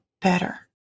better